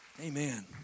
Amen